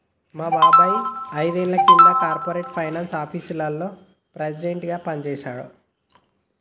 మా బాబాయ్ ఐదేండ్ల కింద కార్పొరేట్ ఫైనాన్స్ ఆపీసులో వైస్ ప్రెసిడెంట్గా పనిజేశిండు